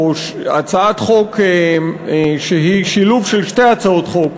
או הצעת חוק שהיא שילוב של שתי הצעות חוק